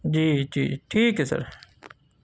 جی جی ٹھیک ہے سر